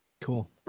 Cool